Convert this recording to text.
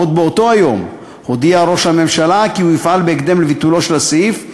עוד באותו היום הודיע ראש הממשלה כי הוא יפעל בהקדם לביטולו של הסעיף,